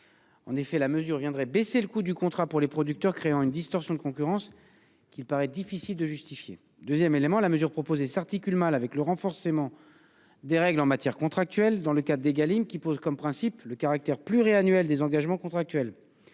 En effet, la mesure viendrait baisser le coût du contrat pour les producteurs, créant une distorsion de concurrence, qu'il paraît difficile de justifier. Deuxièmement, la mesure proposée s'articule mal avec le renforcement des règles en matière contractuelle, inscrit dans le cadre de la loi Égalim, où est établi le principe du caractère pluriannuel des engagements contractuels.